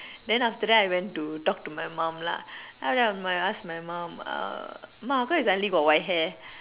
then after that I went to talk to my mom lah then after I ask my mom uh mah how come you suddenly got white hair